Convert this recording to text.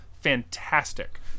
fantastic